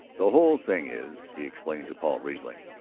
the whole thing is, he explained to paul riesling,